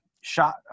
Shot